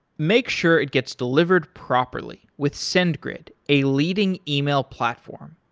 make sure it gets delivered properly with sendgrid a leading email platform.